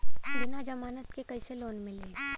बिना जमानत क कइसे लोन मिली?